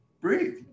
breathe